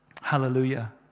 Hallelujah